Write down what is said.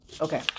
Okay